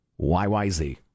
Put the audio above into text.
YYZ